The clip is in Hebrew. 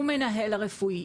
הוא המנהל הרפואי.